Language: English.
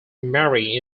mary